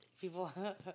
People